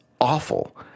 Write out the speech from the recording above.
awful